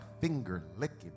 finger-licking